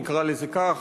נקרא לזה כך,